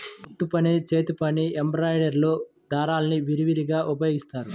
కుట్టుపని, నేతపని, ఎంబ్రాయిడరీలో దారాల్ని విరివిగా ఉపయోగిస్తారు